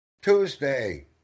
Tuesday